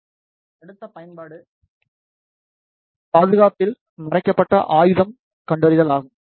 அடுத்த பயன்பாடு பாதுகாப்பில் மறைக்கப்பட்ட ஆயுதம் கண்டறிதல் ஆகும்